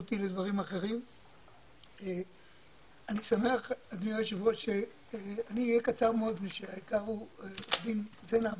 אני אהיה קצר מאוד משום שהעיקר הוא עורך דין זנה.